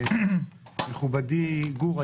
מכובדי גור,